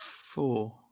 four